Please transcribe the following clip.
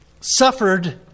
suffered